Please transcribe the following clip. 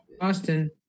Austin